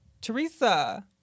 Teresa